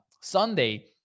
Sunday